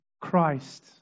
Christ